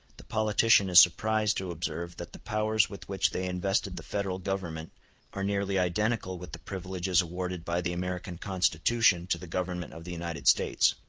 the politician is surprised to observe that the powers with which they invested the federal government are nearly identical with the privileges awarded by the american constitution to the government of the united states.